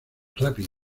rápido